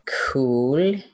Cool